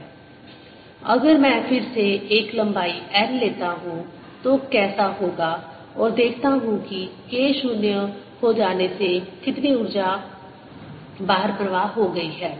S10EB10a02dKdt0Kna20KdKdtn अगर मैं फिर से एक लंबाई L लेता हूं तो कैसा होगा और देखता हूं कि K 0 हो जाने से कितनी ऊर्जा बाहर प्रवाह हो गई है